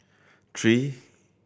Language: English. tree